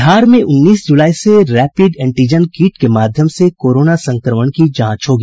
बिहार में उन्नीस ज्रलाई से रैपिड एंटीजन किट के माध्यम से कोरोना संक्रमण की जांच होगी